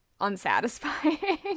unsatisfying